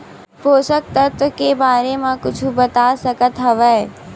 पोषक तत्व के बारे मा कुछु बता सकत हवय?